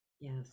Yes